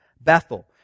Bethel